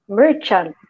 merchant